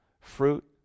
fruit